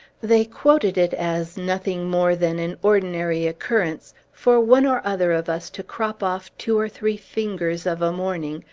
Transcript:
they quoted it as nothing more than an ordinary occurrence for one or other of us to crop off two or three fingers, of a morning,